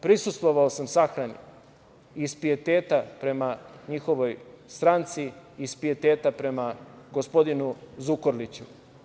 Prisustvovao sam sahrani iz pijeteta prema njihovoj stranci, iz pijeteta prema gospodinu Zukorliću.